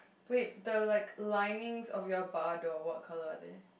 wait the like linings of your bar door what colour are there